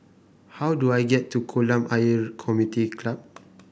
how do I get to Kolam Ayer Community Club